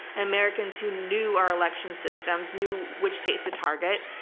americans who knew our election systems, knew which states to target.